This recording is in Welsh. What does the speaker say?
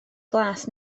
glas